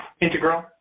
Integral